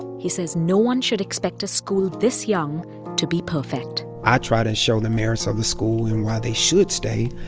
he says no one should expect a school this young to be perfect i try to and show the merits of the school and why they should stay.